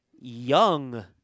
Young